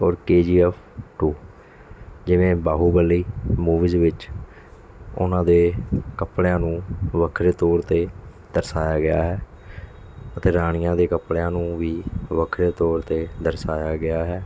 ਔਰ K G F two ਜਿਵੇਂ Baahubali movies ਵਿੱਚ ਉਹਨਾਂ ਦੇ ਕੱਪੜਿਆਂ ਨੂੰ ਵੱਖਰੇ ਤੌਰ 'ਤੇ ਦਰਸਾਇਆ ਗਿਆ ਹੈ ਅਤੇ ਰਾਣੀਆਂ ਦੇ ਕੱਪੜਿਆਂ ਨੂੰ ਵੀ ਵੱਖਰੇ ਤੌਰ 'ਤੇ ਦਰਸਾਇਆ ਗਿਆ ਹੈ